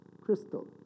Crystal